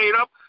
up